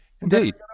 indeed